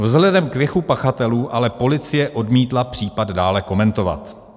Vzhledem k věku pachatelů ale policie odmítla případ dále komentovat.